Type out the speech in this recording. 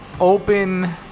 open